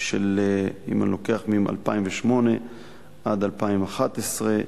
אם אני לוקח מ-2008 עד 2011,